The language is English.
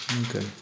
Okay